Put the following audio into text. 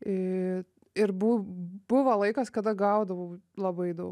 į ir bu buvo laikas kada gaudavau labai daug